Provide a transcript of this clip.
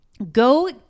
Go